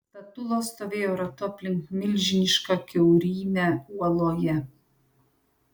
statulos stovėjo ratu aplink milžinišką kiaurymę uoloje